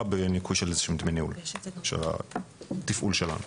בניכוי של דמי ניהול של התפעול שלנו.